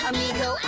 Amigo